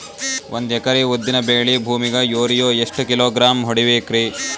ಒಂದ್ ಎಕರಿ ಉದ್ದಿನ ಬೇಳಿ ಭೂಮಿಗ ಯೋರಿಯ ಎಷ್ಟ ಕಿಲೋಗ್ರಾಂ ಹೊಡೀಬೇಕ್ರಿ?